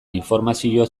informazio